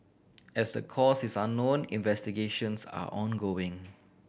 as the cause is unknown investigations are ongoing